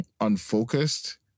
unfocused